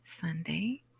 Sunday